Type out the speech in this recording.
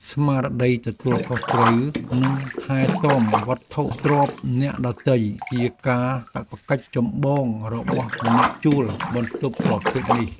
ស្មារតីទទួលខុសត្រូវនិងការថែទាំវត្ថុទ្រព្យអ្នកដទៃជាកាតព្វកិច្ចចម្បងរបស់អ្នកជួលបន្ទប់ប្រភេទនេះ។